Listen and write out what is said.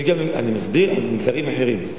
אני מסביר על מגזרים אחרים.